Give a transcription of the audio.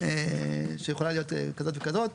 שיכולה להיות כזאת וכזאת.